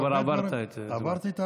אתה כבר עברת, עברתי?